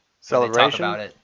Celebration